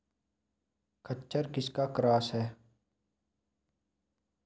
खच्चर किसका क्रास है?